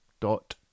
dot